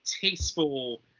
tasteful